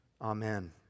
Amen